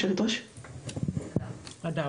תודה.